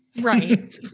right